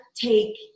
take